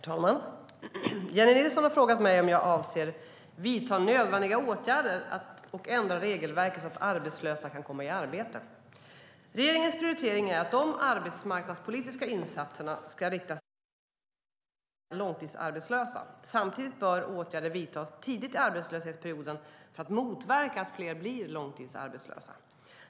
Herr talman! Jennie Nilsson har frågat mig om jag avser att vidta nödvändiga åtgärder och ändra regelverket så att arbetslösa kan komma i arbete. Regeringens prioritering är att de arbetsmarknadspolitiska insatserna ska riktas till dem med störst behov, det vill säga de långtidsarbetslösa. Samtidigt bör åtgärder vidtas tidigt i arbetslöshetsperioden för att motverka att fler blir långtidsarbetslösa.